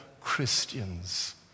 Christians